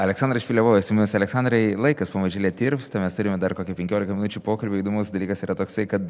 aleksandras špilevojus su mumis aleksandrai laikas pamažėle tirpsta mes turime dar kokią penkioliką minučių pokalbiui įdomus dalykas yra toksai kad